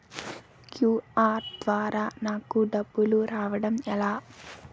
QR ద్వారా నాకు డబ్బులు రావడం ఎలా?